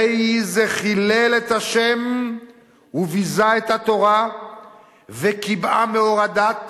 הרי זה חילל את השם וביזה את התורה וכיבה מאור הדת